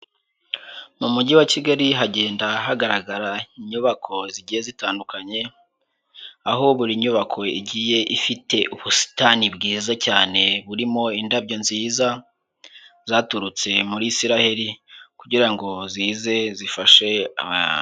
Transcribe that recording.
Mu mujyi wa kigali hagenda hagaragara inyubako zigiye zitandukanye. Aho buri nyubako igiye ifite ubusitani bwiza cyane burimo indabyo nziza zaturutse muri Isiraheli kugira ngo zize zifashe.